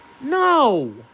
No